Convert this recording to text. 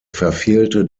verfehlte